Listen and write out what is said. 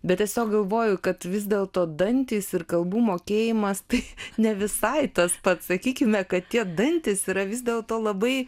bet tiesiog galvoju kad vis dėlto dantys ir kalbų mokėjimas tai ne visai tas pats sakykime kad tie dantys yra vis dėl to labai